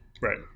Right